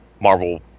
Marvel